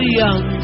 young